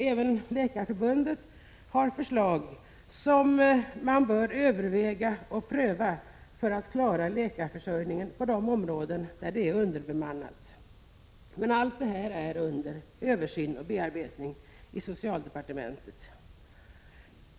Även Läkarförbundet har förslag som man bör överväga och pröva för att klara läkarförsörjningen i de områden där vården är underbemannad. Allt det här är under översyn och bearbetning i socialdepartementet.